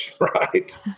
right